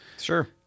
sure